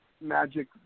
magic